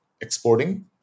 exporting